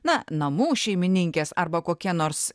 na namų šeimininkės arba kokie nors